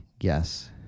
Yes